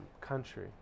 country